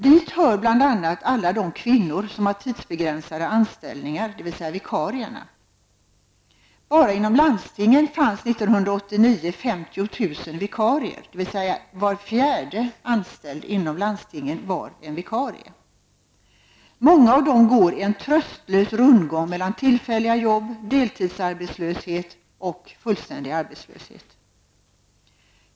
Dit hör bl.a. alla de kvinnor som har tidsbegränsade anställningar, dvs. Många av dem går i en tröstlös rundgång mellan tillfälliga jobb, deltidsarbetslöshet och fullständig arbetslöshet.